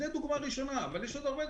זאת דוגמה ראשונה, אבל יש עוד הרבה.